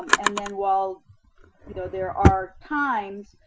um and then while you know there are times,